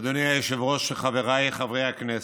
אדוני היושב-ראש, חבריי חברי הכנסת,